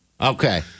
Okay